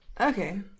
Okay